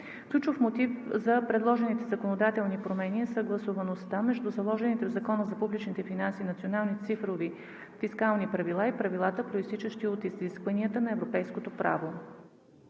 Ключов мотив за предложените законодателни промени е съгласуваността между заложените в Закона за публичните финанси национални цифрови фискални правила и правилата, произтичащи от изискванията на европейското право.